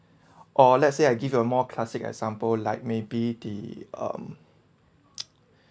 or let's say I give you a more classic example like maybe the um